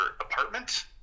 apartment